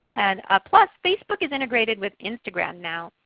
and ah plus, facebook is integrated with instagram now,